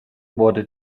wurde